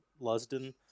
Lusden